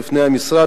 בפני המשרד,